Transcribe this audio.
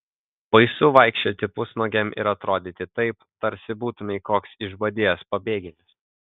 baisu vaikščioti pusnuogiam ir atrodyti taip tarsi būtumei koks išbadėjęs pabėgėlis